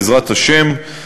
בעזרת השם,